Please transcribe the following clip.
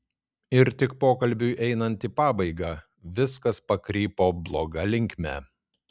ir tik pokalbiui einant į pabaigą viskas pakrypo bloga linkme